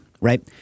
right